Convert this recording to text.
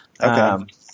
Okay